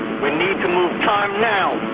we need to move, time now!